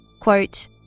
Quote